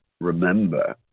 remember